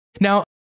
Now